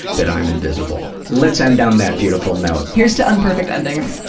that i'm invisible. let's end on that beautiful note! here's to unperfect endings.